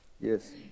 Yes